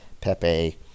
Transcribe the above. Pepe